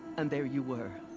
and there you were.